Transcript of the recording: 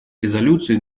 резолюции